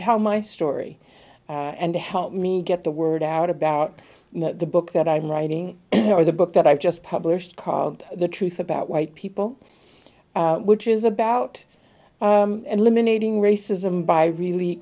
tell my story and to help me get the word out about the book that i'm writing or the book that i've just published called the truth about white people which is about eliminating racism by really